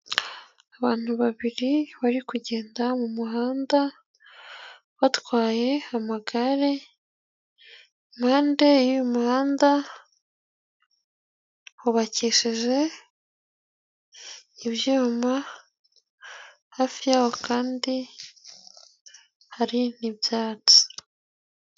Abantu babiri bari kugenda mu muhanda batwaye amagare, impande y'umuhanda hubakishije ibyuma, hafi yaho kandi hari n'ibyatsi.